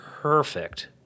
perfect